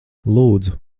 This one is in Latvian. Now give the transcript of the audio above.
lūdzu